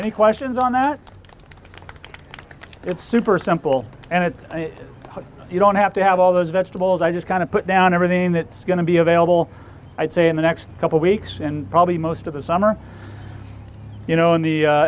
any questions on that it's super simple and it's you don't have to have all those vegetables i just kind of put down everything that's going to be available i'd say in the next couple weeks and probably most of the summer you know in the